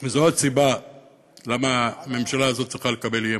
וזאת עוד סיבה למה הממשלה הזאת צריכה לקבל אי-אמון.